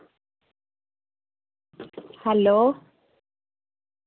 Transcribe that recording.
hello